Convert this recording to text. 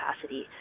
capacity